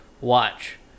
watch